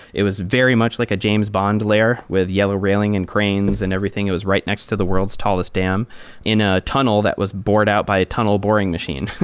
it was very much like a james bond layer with yellow railing and cranes and everything. it was right next to the world's tallest dam in a tunnel that was bored-out by a tunnel boring machine.